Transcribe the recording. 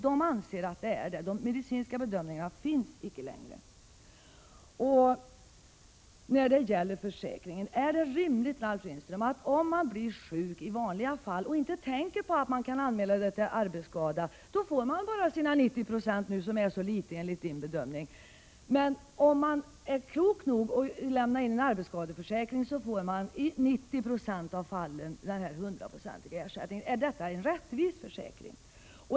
De anser att det är politiska bedömningar och att några medicinska bedömningar inte längre görs. Ralf Lindström! När man blir sjuk i vanliga fall och inte tänker på att anmäla det som arbetsskada, då får man bara sina 90 96, som enligt Ralf Lindströms bedömning är så litet. Men om man är klok nog att lämna in en arbetsskadeanmälan får man i 90 96 av fallen den hundraprocentiga ersättningen. Är detta en rättvis försäkring?